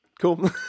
Cool